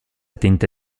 tenta